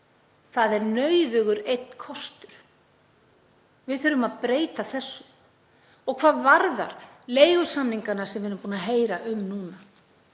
Það er nauðugur einn kostur. Við þurfum að breyta þessu. Og hvað varðar leigusamningana sem við erum búin að heyra um núna,